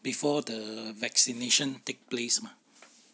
before the vaccination take place mah